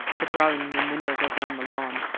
the drawing-room windows open on the lawn.